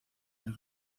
del